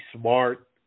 smart